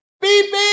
beep